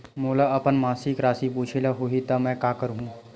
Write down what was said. मोला अपन मासिक राशि पूछे ल होही त मैं का करहु?